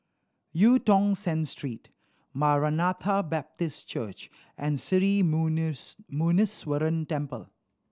Eu Tong Sen Street Maranatha Baptist Church and Sri Muneeswaran Temple